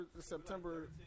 September